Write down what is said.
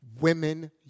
Women